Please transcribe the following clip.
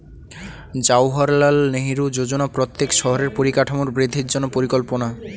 জাওহারলাল নেহেরু যোজনা প্রত্যেক শহরের পরিকাঠামোর বৃদ্ধির জন্য পরিকল্পনা